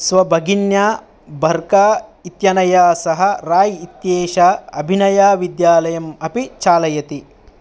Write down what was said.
स्वभगिन्या भर्का इत्यनया सह राय् इत्येषा अभिनयाविद्यालयम् अपि चालयति